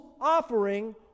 offering